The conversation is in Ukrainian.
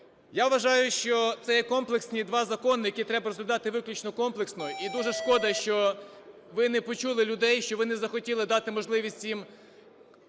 я вважаю, що це є комплексні два закони, які треба розглядати виключно комплексно, і дуже шкода, що ви не почули людей, що ви не захотіли дати можливість їм